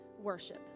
worship